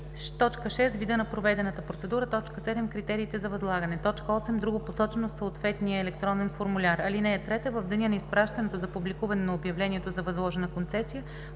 6. вида на проведената процедура; 7. критериите за възлагане; 8. друго, посочено в съответния електронен формуляр. (3) В деня на изпращането за публикуване на обявлението за възложена концесия,